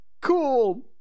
Cool